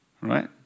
Right